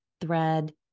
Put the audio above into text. thread